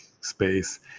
space